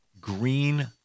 green